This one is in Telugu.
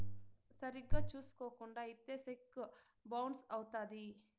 సరిగ్గా చూసుకోకుండా ఇత్తే సెక్కు బౌన్స్ అవుత్తది